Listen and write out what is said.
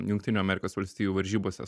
jungtinių amerikos valstijų varžybose